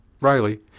Riley